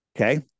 Okay